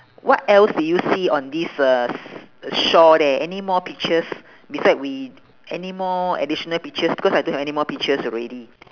what else did you see on this uh s~ shore there anymore pictures beside we anymore additional pictures because I don't have anymore pictures already